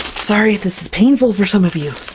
sorry if this is painful for some of you! i